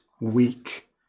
weak